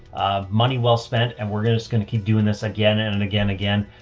ah, money well spent and we're going to, it's going to keep doing this again and and again again.